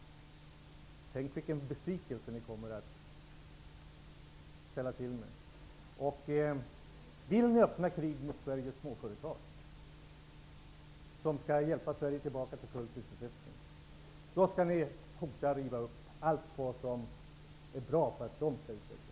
Tänk vilken besvikelse ni kommer att ställa till med om olyckan skulle vara framme. Om ni vill öppna krig mot de småföretag som skall hjälpa Sverige tillbaka till full sysselsättning skall ni hota med att riva upp allt som är bra för att företagen skall utvecklas.